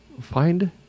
find